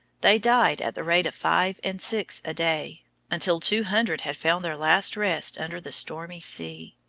they died at the rate of five and six a-day, until two hundred had found their last rest under the stormy sea.